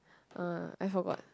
uh I forgot